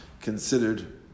considered